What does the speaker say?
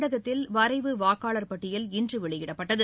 தமிழகத்தில் வரைவு வாக்காளர் பட்டியல் இன்று வெளியிடப்பட்டது